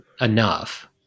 enough